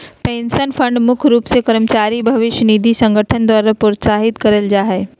pension fund मुख्य रूप से कर्मचारी भविष्य निधि संगठन द्वारा प्रोत्साहित करल जा हय